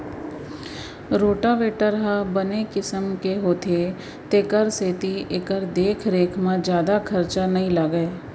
rotavator ह बने किसम के होथे तेकर सेती एकर देख रेख म जादा खरचा नइ लागय